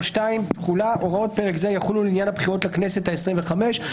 תחולה הוראות פרק זה יחולו לעניין הבחירות לכנסת העשרים וחמש.